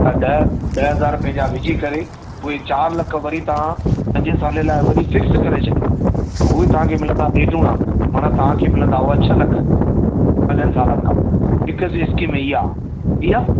त ॾह ॾह हज़ार पंहिंजा विझी करे उहे चारि लख वरी तव्हां पंजे साले लाइ वरी फ़िक्स करे छॾियो उहे तव्हांखे मिलंदा ॾेढुणा माना तव्हांखे मिलंदा उह छह लख पंजनि सालनि खां पोइ हिकु त स्किम इहा आहे इ हा